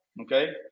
okay